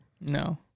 no